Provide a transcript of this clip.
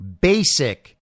basic